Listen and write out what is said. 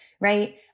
right